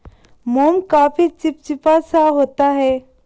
मोम काफी चिपचिपा सा होता है